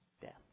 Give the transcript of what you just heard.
death